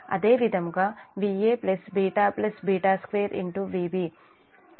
అదే విధముగాVa β β2 Vb βZf Ib